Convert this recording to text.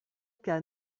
cas